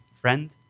friend